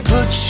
Put